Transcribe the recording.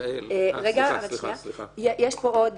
יש פה עוד